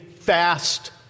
fast